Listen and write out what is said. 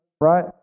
right